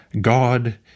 God